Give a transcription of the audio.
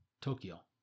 Tokyo